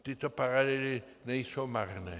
Tyto paralely nejsou marné.